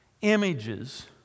images